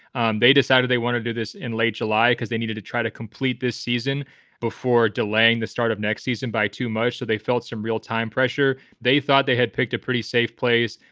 um they decided they want to do this in late july because they needed to try to complete this season before delaying the start of next season by two most. so they felt some real time pressure. they thought they had picked a pretty safe place.